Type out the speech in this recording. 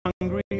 hungry